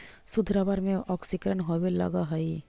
शुद्ध रबर में ऑक्सीकरण होवे लगऽ हई